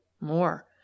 more